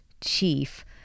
chief